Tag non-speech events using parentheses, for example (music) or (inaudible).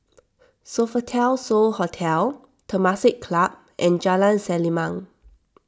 (noise) Sofitel So Hotel Temasek Club and Jalan Selimang